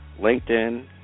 LinkedIn